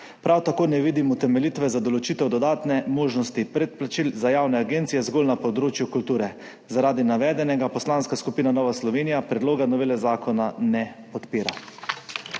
Prav tako ne vidim utemeljitve za določitev dodatne možnosti predplačil za javne agencije zgolj na področju kulture. Zaradi navedenega Poslanska skupina Nova Slovenija predloga novele zakona ne podpira.